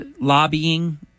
lobbying